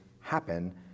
happen